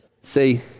See